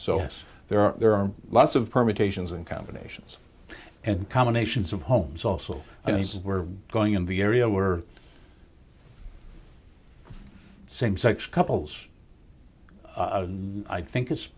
yes there are lots of permutations and combinations and combinations of homes also i mean we're going in the area were same sex couples i think i